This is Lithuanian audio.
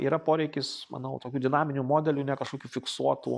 yra poreikis manau tokių dinaminių modelių ne kažkokių fiksuotų